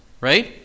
right